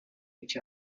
each